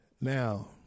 Now